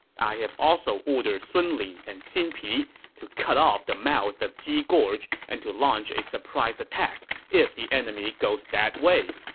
i have also ordered sun li and xin pi to cut off the mouth of ji gorge and to launch a surprise attack if the enemy goes that way.